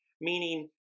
meaning